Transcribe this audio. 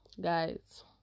guys